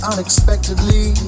unexpectedly